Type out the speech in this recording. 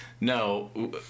No